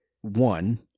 one